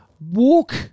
Walk